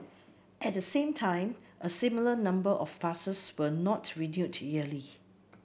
at the same time a similar number of passes were not renewed yearly